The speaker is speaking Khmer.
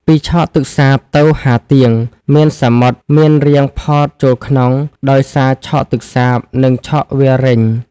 ពីឆកទឹកសាបទៅហាទៀង មាត់សមុទ្រមានរាងផតចូលក្នុង ដោយសារឆកទឹកសាប និងឆកវាលរេញ ។